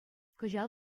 кӑҫал